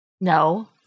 No